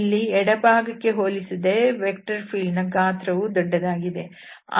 ಇಲ್ಲಿ ಎಡಭಾಗಕ್ಕೆ ಹೋಲಿಸಿದರೆ ವೆಕ್ಟರ್ ಫೀಲ್ಡ್ ನ ಗಾತ್ರವು ದೊಡ್ಡದಾಗಿದೆ